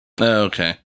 Okay